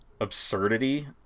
absurdity